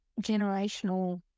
generational